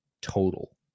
total